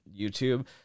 YouTube